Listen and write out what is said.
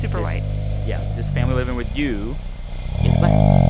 super white yeah. this family living with you is black.